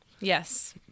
Yes